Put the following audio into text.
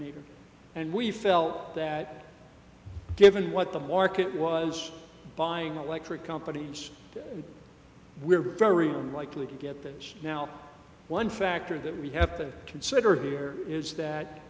meter and we felt that given what the market was buying electric companies we're very unlikely to get that now one factor that we have to consider here is that